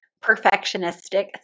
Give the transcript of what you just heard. perfectionistic